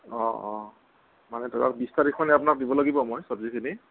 অঁ অঁ মানে ধৰক বিশ তাৰিখমানে আপোনাক দিব লাগিব মই চব্জিখিনি